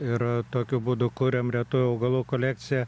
ir tokiu būdu kuriam retųjų augalų kolekciją